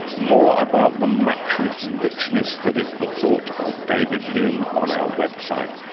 more about the matchless richness that is the thought of david hume on our website.